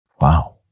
Wow